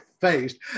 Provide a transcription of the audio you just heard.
faced